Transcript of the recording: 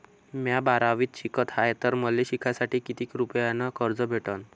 म्या बारावीत शिकत हाय तर मले शिकासाठी किती रुपयान कर्ज भेटन?